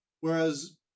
whereas